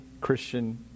Christian